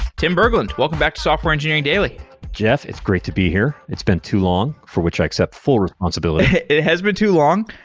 tim berglund, welcome back software engineering daily jeff, it's great to be here. it's been too long, for which i accept full responsibility. it has been too long,